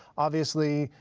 obviously,